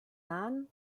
nahen